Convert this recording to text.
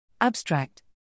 Abstract